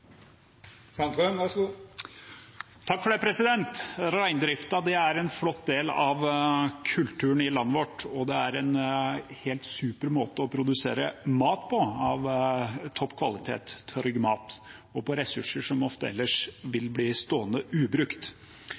del av kulturen i landet vårt, og det er en helt super måte å produsere trygg mat av topp kvalitet på – på ressurser som ofte ellers ville bli stående ubrukt.